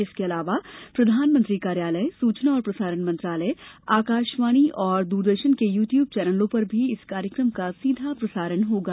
इसके अलावा प्रधानमंत्री कार्यालय सूचना और प्रसारण मंत्रालय आकाशवाणी तथा दूरदर्शन के यूट्यूब चैनलों पर भी इस कार्यक्रम का सीधा प्रसारण होगा